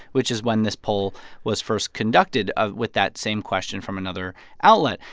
which is when this poll was first conducted ah with that same question from another outlet.